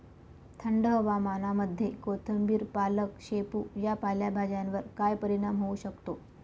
थंड हवामानामध्ये कोथिंबिर, पालक, शेपू या पालेभाज्यांवर काय परिणाम होऊ शकतो?